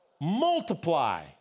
Multiply